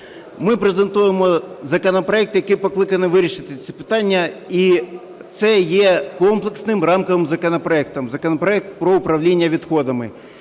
Ми презентуємо законопроект, який покликаний вирішити ці питання. І це є комплексним рамковим законопроектом – законопроект про управління відходами.